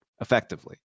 effectively